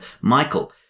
Michael